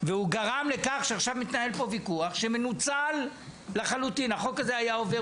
והוא גרם לכך שעכשיו מתנהל פה ויכוח שמנוצל לחלוטין החוק הזה היה עובר